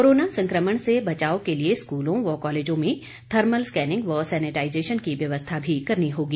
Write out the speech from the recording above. corona संक्रमण से बचाव के लिये स्कूलों व कॉलेजों में थर्मल स्केनिंग व सेनेटाइजेशन की व्यवस्था भी करनी होगी